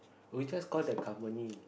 we just call the company